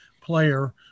player